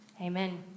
amen